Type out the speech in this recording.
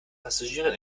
passagieren